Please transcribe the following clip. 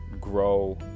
grow